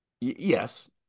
Yes